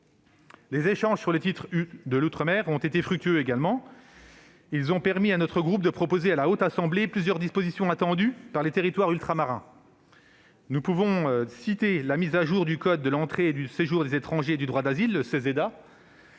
Les échanges sur le titre relatif à l'outre-mer ont également été fructueux. Ils ont permis à notre groupe de proposer à la Haute Assemblée plusieurs dispositions attendues par les territoires ultramarins. Nous pouvons évoquer la mise à jour du code de l'entrée et du séjour des étrangers et du droit d'asile, les